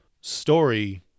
story